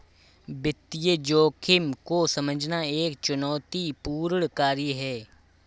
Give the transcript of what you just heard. वित्तीय जोखिम को समझना एक चुनौतीपूर्ण कार्य है